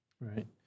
Right